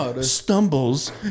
stumbles